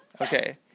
Okay